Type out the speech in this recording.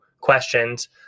questions